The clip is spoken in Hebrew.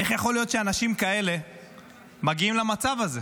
איך יכול להיות שאנשים כאלה מגיעים למצב הזה?